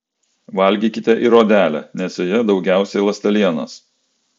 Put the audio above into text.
valgykite ir odelę nes joje daugiausiai ląstelienos